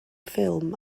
ffilm